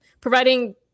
providing